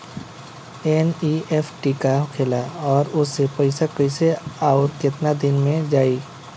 NEFT का होखेला और ओसे पैसा कैसे आउर केतना दिन मे जायी?